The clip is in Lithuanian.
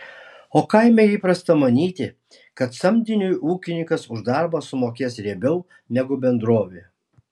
o kaime įprasta manyti kad samdiniui ūkininkas už darbą sumokės riebiau negu bendrovė